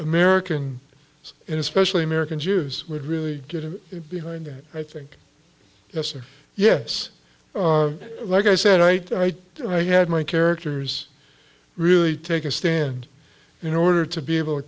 american and especially american jews would really get behind that i think yes or yes like i said i you know i had my characters really take a stand in order to be able to